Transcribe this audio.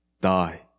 Die